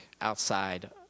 outside